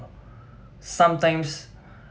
sometimes